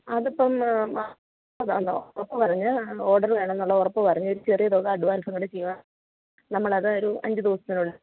അതിപ്പം മാഡം ഉറപ്പ് പറഞ്ഞ് ഓർഡർ വേണമെന്നുള്ളത് ഉറപ്പ് പറഞ്ഞ് ഒരു ചെറിയ തുക അഡ്വാൻസും കൂടി ചെയ്യുവാണെങ്കിൽ നമ്മളത് ഒരു അഞ്ചു ദിവസത്തിനുള്ളിൽ